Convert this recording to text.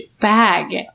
bag